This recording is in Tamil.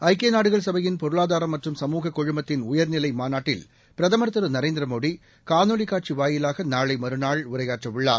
ஐக்கியநாடுகள் சபையின் பொருளாதாரம் மற்றம் சமூக குழுமத்தின் உயர்நிலைமாநாட்டில் பிரதமர் திரு நரேந்திரமோடிகாணொலிக் காட்சிவாயிலாகநாளைமறுநாள் உரையாற்றவுள்ளார்